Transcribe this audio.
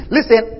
Listen